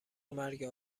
مرگ